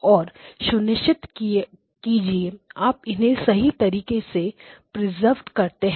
और सुनिश्चित कीजिए आप इन्हें सही तरीके से प्रीसर्व करते हैं